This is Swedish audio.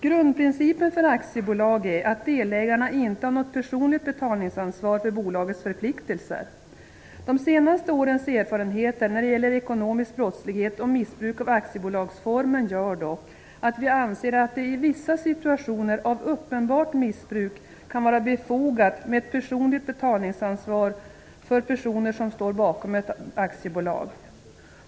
Grundprincipen för aktiebolag är att delägarna inte har något personligt betalningsansvar för bolagets förpliktelser. De senaste årens erfarenheter när det gäller ekonomisk brottslighet och missbruk av aktiebolagsformen gör dock, att vi anser att det i vissa situationer av uppenbart missbruk kan vara befogat med ett personligt betalningsansvar för personer som står bakom ett aktiebolag.